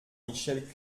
michel